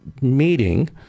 meeting